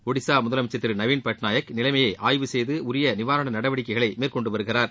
ஒடிசா முதலனமச்சர் திரு நவீன்பட்நாயக் நிலைமையய ஆய்வு செய்து உரிய நிவாரண நடவடிக்கைகளை மேற்கொண்டுவருகிறார்